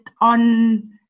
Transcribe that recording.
on